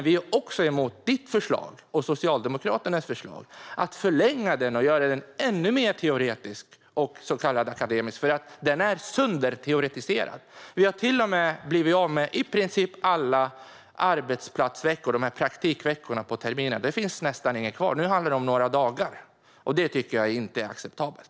Vi är också emot ditt och Socialdemokraternas förslag att förlänga den och göra den ännu mer teoretisk och så kallad akademisk. Den är sönderteoretiserad. Vi har till och med blivit av med i princip alla arbetsplatsveckor, praktikveckorna på terminen. Det finns nästan inga kvar. Nu handlar det om några dagar. Det är inte acceptabelt.